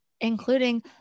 Including